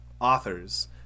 authors